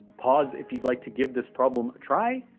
pause if you'd like to give this problem a try,